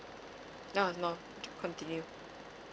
ah no to continue